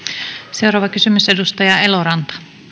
seuraava kysymys edustaja eloranta